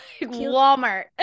walmart